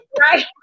Right